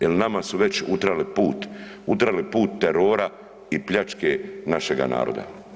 Jer nama su već utjerali put, utjerali put terora i pljačke našega naroda.